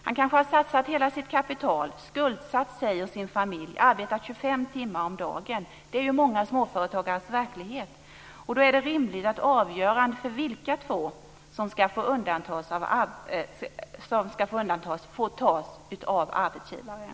Han kanske har satsat hela sitt kapital, skuldsatt sig och sin familj, arbetat dygnet runt - det är många småföretagares verklighet. Då är det rimligt att avgörandet för vilka två som ska få undantas från turordningsreglerna får fällas av arbetsgivaren.